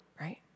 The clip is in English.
right